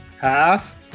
half